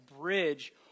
bridge